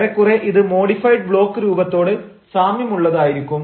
ഏറെക്കുറെ ഇത് modified block രൂപത്തോട് സാമ്യമുള്ളതായിരിക്കും